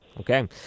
Okay